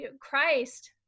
Christ